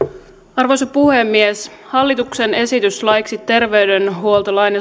arvoisa puhemies hallituksen esitys laiksi terveydenhuoltolain